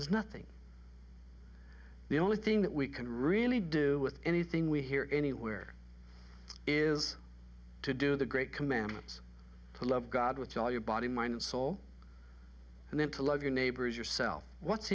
there's nothing the only thing that we can really do with anything we hear anywhere is to do the great commandments love god with all your body mind and soul and then to love your neighbor as yourself what's